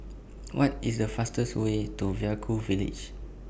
What IS The fastest Way to Vaiaku Village